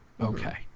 Okay